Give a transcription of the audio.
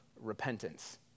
repentance